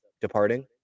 departing